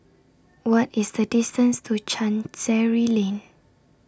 What IS The distance to Chancery Lane